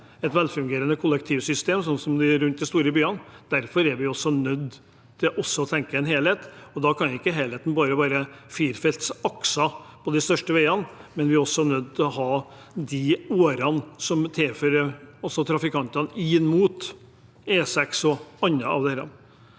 et velfungerende kollektivsystem, sånn som det er rundt de store byene. Derfor er vi også nødt til å tenke helhet, og da kan ikke helheten bare være firefelts akser på de største veiene. Vi er også nødt til å ha de årene som fører trafikantene inn mot E6 og andre av disse